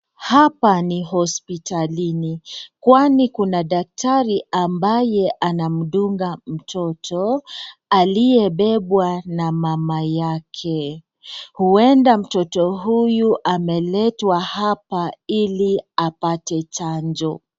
Hapa ni hospitalini kwani kuna daktari ambaye anamdunga mtoto aliyebebwa na mama yake. Huenda mtoto huyu ameletwa hapa ili apate chanjo.